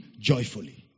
joyfully